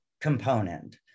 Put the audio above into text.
component